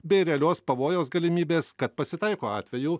bei realios pavojaus galimybės kad pasitaiko atvejų